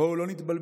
בואו לא נתבלבל,